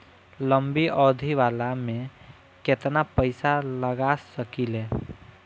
लंबी अवधि वाला में केतना पइसा लगा सकिले?